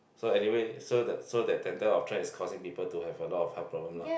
so anyway so that so that that type of trend is causing people to have a lot of health problem lah